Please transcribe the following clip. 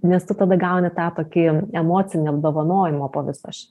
nes tu tada gauni tą tokį emocinį apdovanojimą po viso šito